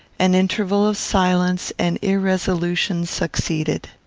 an interval of silence and irresolution succeeded.